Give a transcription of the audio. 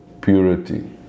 purity